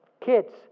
Kids